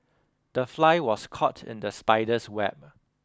the fly was caught in the spider's web